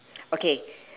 okay